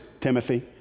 Timothy